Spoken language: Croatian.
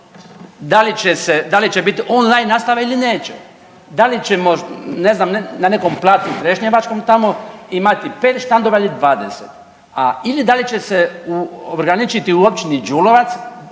da li će biti online nastava ili neće. Da li ćemo, ne znam, na nekom placu trešnjevačkom tamo imati 5 štandova ili 20, a, ili da li će se u ograničiti u općini Đulovac